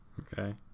Okay